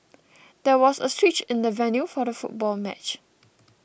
there was a switch in the venue for the football match